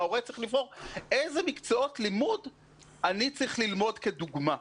ההורה צריך לבחור איזה מקצועות לימוד הוא צריך ללמוד כדוגמה.